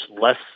less